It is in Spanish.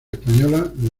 españolas